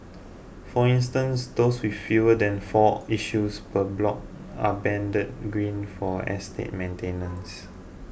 for instance those with fewer than four issues per block are banded green for estate maintenance